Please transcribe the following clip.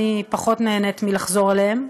אני פחות נהנית לחזור עליהם,